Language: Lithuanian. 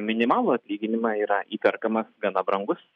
minimalų atlyginimą yra įperkama gana brangus